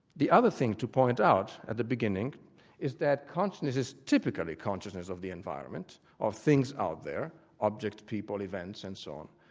the other thing to point out at the beginning is that consciousness is typically consciousness of the environment, of things out there objects, people, events, and so on.